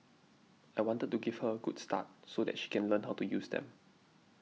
I wanted to give her a good start so that she can learn how to use them